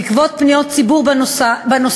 בעקבות פניות ציבור בנושא,